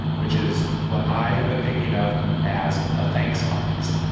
which is what i have been thinking of as the thanks box.